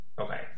Okay